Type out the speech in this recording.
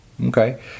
Okay